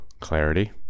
clarity